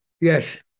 Yes